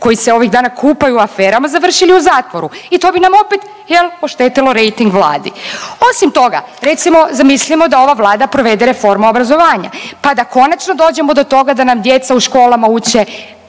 koji se ovih dana kupaju u aferama završili u zatvoru i to bi nam opet oštetilo rejting Vladi. Osim toga recimo zamislimo da ova Vlada provede reformu obrazovanja, pa da konačno dođemo do toga da nam djeca u školama uče